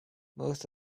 most